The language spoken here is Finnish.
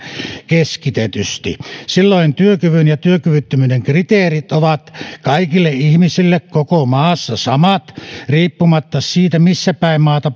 keskitetysti silloin työkyvyn ja työkyvyttömyyden kriteerit ovat kaikille ihmisille koko maassa samat riippumatta siitä missäpäin maata